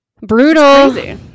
brutal